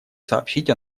сообщить